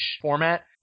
format